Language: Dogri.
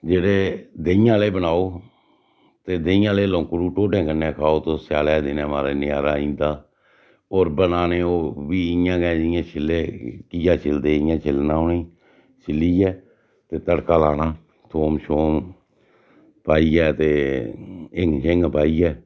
जेह्ड़े देहीं आह्ले बनाओ ते देहीं आह्ले लोंकड़ू ढोडें कन्नै खाओ तुस स्यालै दे दिन महाराज़ नजारा आई जंदा होर बनाने ओह् बी इयां गै जियां छिल्ले घिया छिलदे इयां गै छिल्लना उनेंई छिल्लयै ते तड़का लाना थोम शोम पाइयै ते हिङ शिंग पाइयै